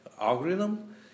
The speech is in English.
algorithm